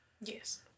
Yes